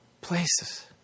places